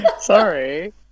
Sorry